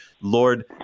Lord